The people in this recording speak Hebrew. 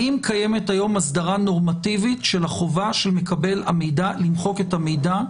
האם קיימת היום הסדרה נורמטיבית של החובה של מקבל המידע למחוק את המידע,